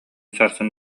сарсын